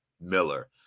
Miller